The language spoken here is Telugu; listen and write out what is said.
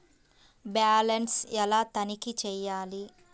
బ్యాలెన్స్ ఎలా తనిఖీ చేయాలి?